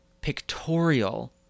pictorial